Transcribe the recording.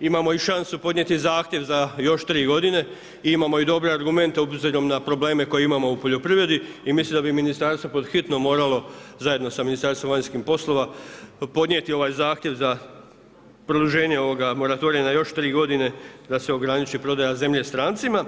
imamo i šansu podnijeti zahtjev za još tri godine, imamo i dobre argumente obzirom na probleme koje imamo u poljoprivredi i mislim da bi ministarstvo pod hitno moralo zajedno sa Ministarstvom vanjskih poslova podnijeti ovaj zahtjev za produženje ovog moratorija na još tri godine da se ograniči prodaja zemlje strancima.